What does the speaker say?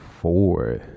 four